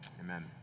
Amen